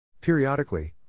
Periodically